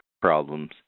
problems